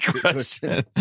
question